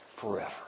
forever